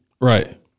Right